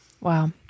Wow